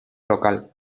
local